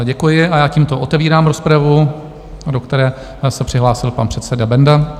Děkuji a já tímto otevírám rozpravu, do které se přihlásil pan předseda Benda.